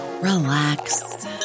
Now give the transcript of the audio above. relax